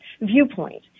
viewpoint